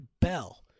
bell